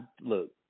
look